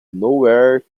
nowhere